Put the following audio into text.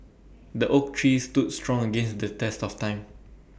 the oak tree stood strong against the test of time